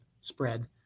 spread